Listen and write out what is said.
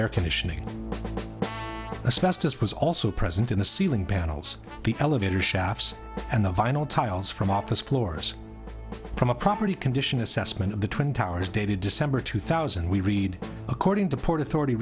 air conditioning a specialist was also present in the ceiling panels the elevator shafts and the vinyl tiles from office floors from a property condition assessment of the twin towers dated december two thousand we read according to port authority